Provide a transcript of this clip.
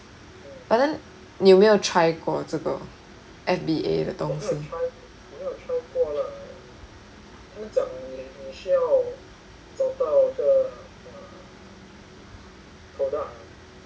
but then 你有没有 try 过这个 F_B_A 的东西